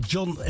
John